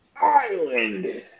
island